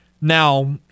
Now